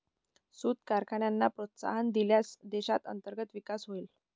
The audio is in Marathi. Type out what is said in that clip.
सूत कारखान्यांना प्रोत्साहन दिल्यास देशात अंतर्गत विकास होईल